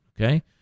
Okay